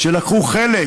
שלקחו חלק